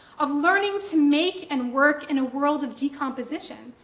of learning to make and work in a world of decomposition,